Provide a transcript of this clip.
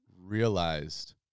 realized